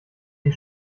die